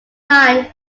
line